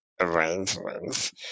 arrangements